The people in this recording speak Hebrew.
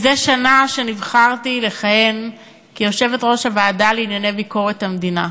לפני שנה נבחרתי לכהן כיושבת-ראש הוועדה לענייני ביקורת המדינה,